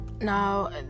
Now